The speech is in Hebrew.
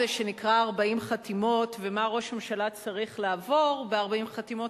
שנקרא 40 חתימות ומה ראש הממשלה צריך לעבור ב-40 חתימות,